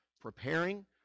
preparing